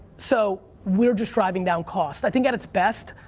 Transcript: so we're just driving down cost. i think at it's best,